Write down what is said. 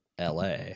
LA